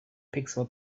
pixel